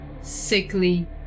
sickly